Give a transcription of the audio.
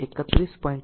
તેથી q 31